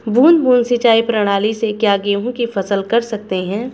बूंद बूंद सिंचाई प्रणाली से क्या गेहूँ की फसल कर सकते हैं?